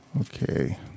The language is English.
Okay